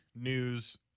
news